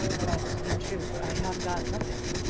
but in truth i have got nothing.